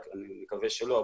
ואני מקווה שלא,